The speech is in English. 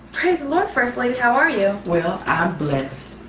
praise the lord, first lady, how are you? we'll i'm blessed,